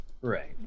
Right